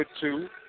two